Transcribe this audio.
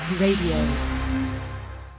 Radio